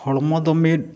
ᱦᱚᱲᱢᱚ ᱫᱚ ᱢᱤᱫ